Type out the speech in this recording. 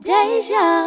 Deja